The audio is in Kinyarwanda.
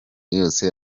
yose